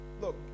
Look